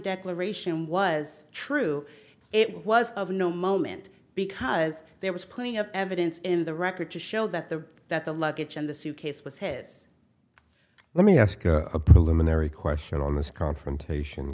declaration was true it was of no moment because there was plenty of evidence in the record to show that the that the luggage in the suitcase was his let me ask a luminary question on this confrontation